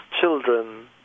children